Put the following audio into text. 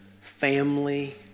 family